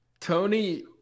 Tony